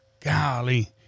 Golly